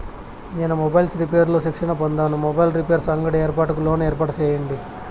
నేను mobiles repairs లో శిక్షణ పొందాను, మొబైల్ రిపైర్స్ అంగడి ఏర్పాటుకు లోను ఏర్పాటు సేయండి?